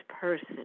person